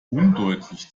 undeutlich